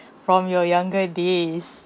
from your younger days